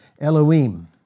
Elohim